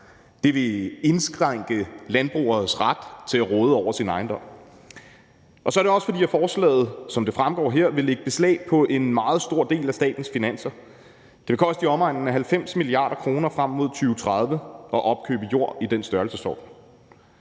Det vil indskrænke landbrugeres ret til at råde over deres ejendom. Og så er det også, fordi forslaget, som det fremgår her, vil lægge beslag på en meget stor del af statens finanser. Det vil koste i omegnen af 90 mia. kr. frem mod 2030 at opkøbe jord i den størrelsesorden.